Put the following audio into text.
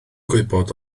gwybod